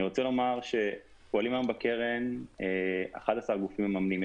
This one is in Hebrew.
אני רוצה לומר שפועלים היום בקרן 11 גופים מממנים.